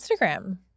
Instagram